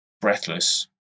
breathless